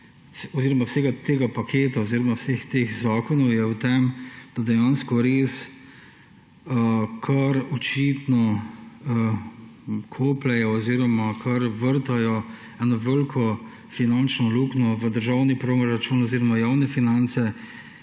Problem vseh teh zakonov oziroma tega paketa je v tem, da dejansko res kar očitno kopljejo oziroma vrtajo eno veliko finančno luknjo v državni proračun oziroma javne finance.